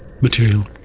material